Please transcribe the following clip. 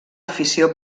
afició